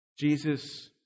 Jesus